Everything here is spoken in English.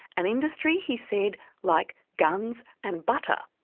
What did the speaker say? an industry he said like guns and butter.